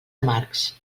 amargs